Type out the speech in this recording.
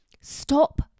stop